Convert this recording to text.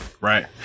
Right